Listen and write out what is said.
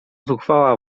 zuchwała